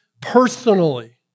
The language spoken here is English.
personally